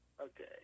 Okay